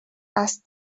asked